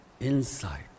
insight